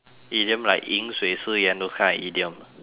idiom like 饮水思源 those kind of idiom